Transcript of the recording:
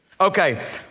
Okay